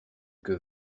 que